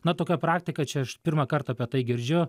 na tokia praktika čia aš pirmą kartą apie tai girdžiu